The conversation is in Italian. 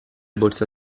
borsa